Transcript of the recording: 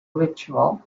ritual